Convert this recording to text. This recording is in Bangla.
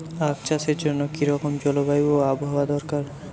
আখ চাষের জন্য কি রকম জলবায়ু ও আবহাওয়া দরকার?